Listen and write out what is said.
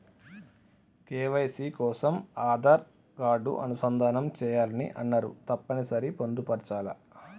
KYC కోసం Aadhaar card అనుసంధానం చేయాలని అన్నరు తప్పని సరి పొందుపరచాలా?